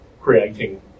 creating